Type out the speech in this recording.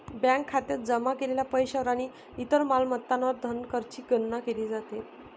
bank खात्यात जमा केलेल्या पैशावर आणि इतर मालमत्तांवर धनकरची गणना केली जाते